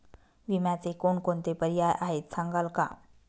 विम्याचे कोणकोणते पर्याय आहेत सांगाल का?